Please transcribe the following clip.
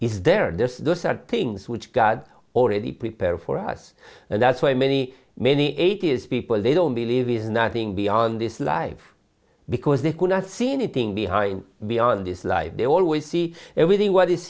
are things which god already prepared for us and that's why many many atheists people they don't believe is nothing beyond this life because they cannot see anything behind beyond this life they always see everything what is